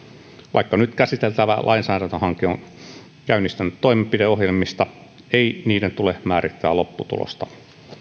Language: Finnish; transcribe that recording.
vaikka nyt käsiteltävä lainsäädäntöhanke on käynnistynyt toimenpideohjelmista ei niiden tule määrittää lopputulosta